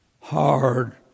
hard